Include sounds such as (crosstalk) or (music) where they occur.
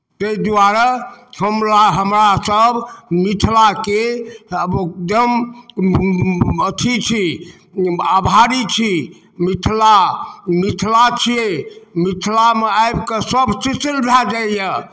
ताहि द्वारे हमरा हमरासभ मिथिलाके आब ओ एकदम अथि छी आभारी छी मिथिला मिथिला छियै मिथिलामे आबि कऽ सभ (unintelligible) भऽ जाइए